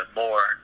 more